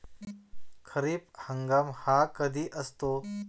खरीप हंगाम हा कधी असतो?